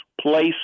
place